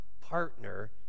partner